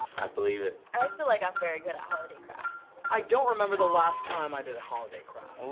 i believe it. i feel like i'm very good at ah holiday crafts. i don't remember the last time i did a holiday craft. and